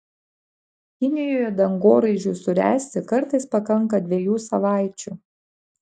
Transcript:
kinijoje dangoraižiui suręsti kartais pakanka dviejų savaičių